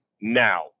Now